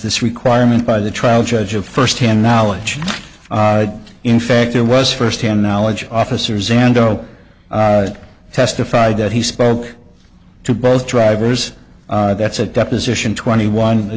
this requirement by the trial judge of first hand knowledge in fact there was first hand knowledge of officers and zero testified that he spoke to both drivers that's a deposition twenty one